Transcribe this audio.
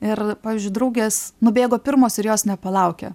ir pavyzdžiui draugės nubėgo pirmos ir jos nepalaukė